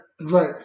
right